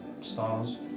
stars